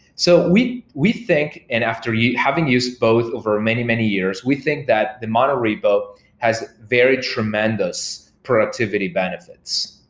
so we we think and after yeah having used both over many, many years, we think that the monorepo has very tremendous productivity benefits.